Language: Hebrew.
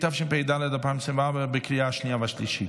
התשפ"ד 2024, לקריאה שנייה ושלישית.